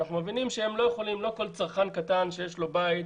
לא כל צרכן קטן שיש לו לול